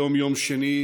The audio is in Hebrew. היום יום שני,